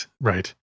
Right